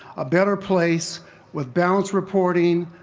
a better place with balanced reporting,